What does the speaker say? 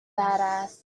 badass